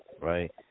Right